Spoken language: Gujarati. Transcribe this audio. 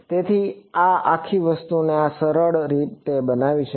તેથી આ આખી વસ્તુને આ રીતે સરળ બનાવી શકાય છે